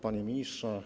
Panie Ministrze!